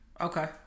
Okay